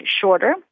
shorter